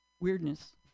weirdness